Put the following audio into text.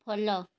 follow